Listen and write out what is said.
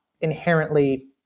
inherently